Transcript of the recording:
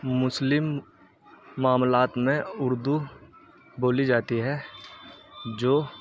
مسلم معاملات میں اردو بولی جاتی ہے جو